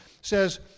says